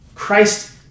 Christ